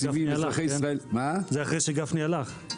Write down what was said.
זה אחרי שגפני הלך.